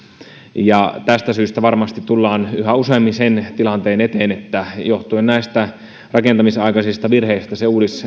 ja tästä syystä varmasti tullaan yhä useammin sen tilanteen eteen että johtuen näistä rakentamisen aikaisista virheistä